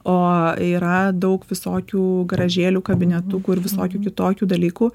o yra daug visokių garažėlių kabinetukų ir visokių kitokių dalykų